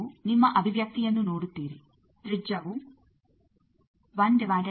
ನೀವು ನಮ್ಮ ಅಭಿವ್ಯಕ್ತಿಯನ್ನು ನೋಡುತ್ತೀರಿ ತ್ರಿಜ್ಯವು ಆಗಿದೆ